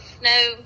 no